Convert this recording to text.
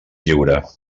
lliure